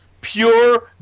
pure